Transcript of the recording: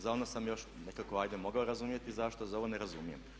Za ono sam još nekako ajde mogao razumjeti zašto, za ovo ne razumije.